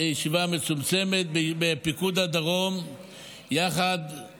ישיבה מצומצמת בפיקוד הדרום יחד עם